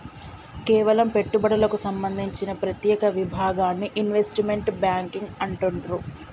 కేవలం పెట్టుబడులకు సంబంధించిన ప్రత్యేక విభాగాన్ని ఇన్వెస్ట్మెంట్ బ్యేంకింగ్ అంటుండ్రు